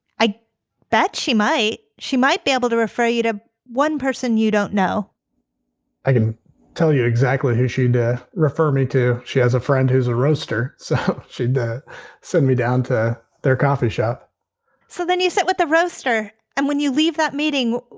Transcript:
i bet she might she might be able to refer you to one person you don't know i can tell you exactly who she'd refer me to. she has a friend who's a roaster. so she'd send me down to their coffee shop so then you sit with the roaster and when you leave that meeting.